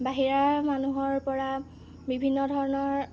বাহিৰা মানুহৰপৰা বিভিন্ন ধৰণৰ